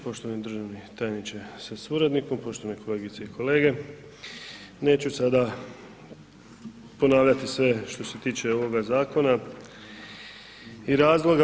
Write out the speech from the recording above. Poštovani državni tajniče sa suradnikom, poštovane kolegice i kolege, neću sada ponavljati sve što se tiče ovoga zakona i razloga.